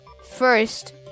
First